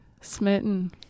smitten